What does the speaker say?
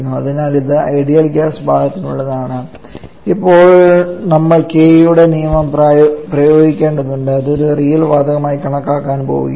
അതിനാൽ ഇത് ideal gas ഭാഗത്തിനുള്ളതാണ് ഇപ്പോൾ നമ്മൾ കേയുടെ നിയമം പ്രയോഗിക്കേണ്ടതുണ്ട് അത് ഒരു റിയൽ വാതകമായി കണക്കാക്കാൻ പോകുകയാണ്